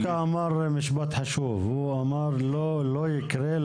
הוא דווקא אמר משפט חשוב: לא יקרה לה